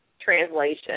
translation